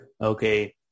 okay